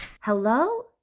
Hello